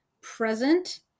present